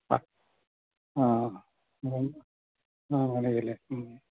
ആ അപ്പോള് ആ അങ്ങനെ ചെയ്യാം അല്ലേ മ്മ്